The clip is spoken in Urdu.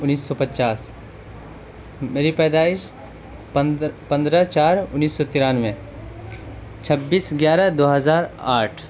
انیس سو پچاس میری پیدائش پند پندرہ چار انیس سو ترانوے چھبیس گیارہ دو ہزار آٹھ